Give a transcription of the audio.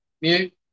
Mute